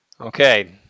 Okay